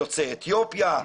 יוצאי אתיופיה,